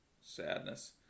sadness